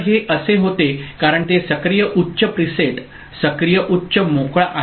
तर हे असे होते कारण ते सक्रिय उच्च प्रीसेट सक्रिय उच्च मोकळा आहे